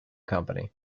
company